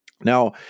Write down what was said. Now